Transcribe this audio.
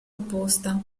opposta